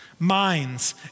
Minds